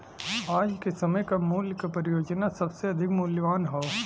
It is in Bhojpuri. आज के समय क मूल्य क परियोजना सबसे अधिक मूल्यवान हौ